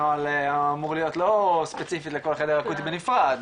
הנוהל אמור להיות לא ספציפי לכל חדר אקוטי בנפרד,